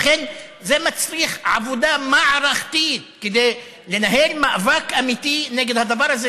לכן זה מצריך עבודה מערכתית כדי לנהל מאבק אמיתי נגד הדבר הזה,